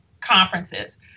conferences